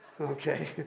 Okay